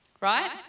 right